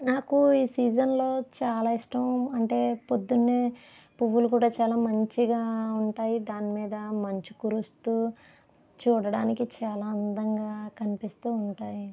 నాకు ఈ సీజన్లో చాలా ఇష్టం అంటే ప్రొద్దున్నే పువ్వులు కూడా చాలా మంచిగా ఉంటాయి దాని మీద మంచు కూరుస్తూ చూడటానికి చాలా అందంగా కనిపిస్తూ ఉంటాయి